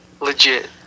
legit